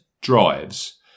drives